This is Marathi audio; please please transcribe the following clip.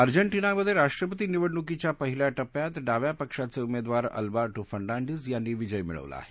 अजॅन्टिनामध्ये राष्ट्रपती निवडणुकीच्या पहिल्या टप्प्यात डाव्या पक्षाचे उमेदवार अलबर्टो फर्नांडिज यांनी विजय मिळवला आहे